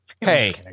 Hey